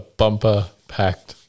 bumper-packed